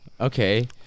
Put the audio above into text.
okay